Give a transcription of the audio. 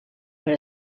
per